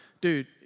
dude